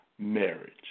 Marriage